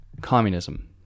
communism